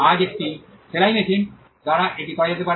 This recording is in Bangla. আজ একটি সেলাই মেশিন দ্বারা এটি করা যেতে পারে